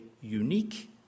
unique